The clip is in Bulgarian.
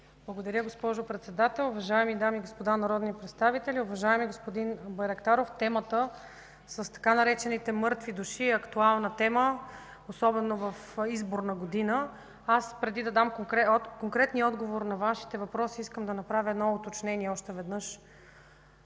Благодаря, госпожо Председател. Уважаеми дами и господа народни представители! Уважаеми господин Байрактаров, темата с така наречените „мъртви души” е актуална особено в изборна година. Преди да дам конкретен отговор на Вашите въпроси искам още веднъж да направя едно уточнение.